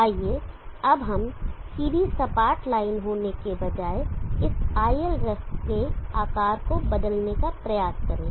आइए अब हम सीधी सपाट लाइन होने के बजाय इस iLref के आकार को बदलने का प्रयास करें